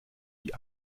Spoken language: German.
die